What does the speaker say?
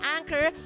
Anchor